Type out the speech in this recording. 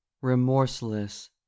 remorseless